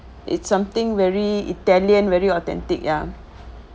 it's something very italian very authentic ya